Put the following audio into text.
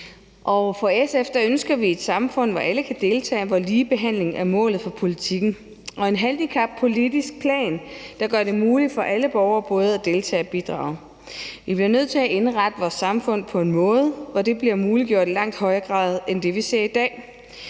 I SF ønsker vi et samfund, hvor alle kan deltage, og hvor ligebehandlingen er målet for politikken. Vi ønsker en handicappolitiske plan, der gør det muligt for alle borgere både at deltage og bidrag. Vi bliver nødt til at indrette vores samfund på en måde, hvor bliver muliggjort i langt højere grad end i dag.